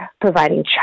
providing